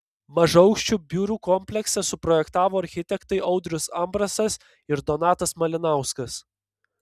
mažaaukščių biurų kompleksą suprojektavo architektai audrius ambrasas ir donatas malinauskas